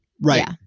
Right